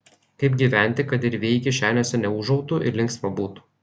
kaip gyventi kad ir vėjai kišenėse neūžautų ir linksma būtų